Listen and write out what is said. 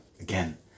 Again